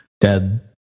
dead